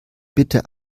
bitte